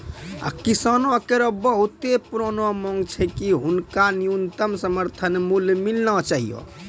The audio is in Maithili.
किसानो केरो बहुत पुरानो मांग छै कि हुनका न्यूनतम समर्थन मूल्य मिलना चाहियो